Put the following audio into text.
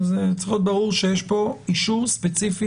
אבל צריך להיות ברור שיש פה אישור ספציפי